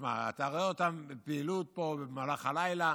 תשמע, אתה רואה אותם בפעילות פה במהלך הלילה.